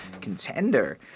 contender